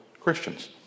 Christians